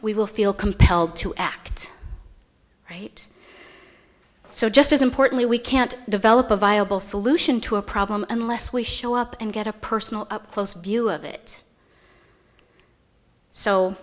we will feel compelled to act right so just as importantly we can't develop a viable solution to a problem unless we show up and get a personal up close view of it so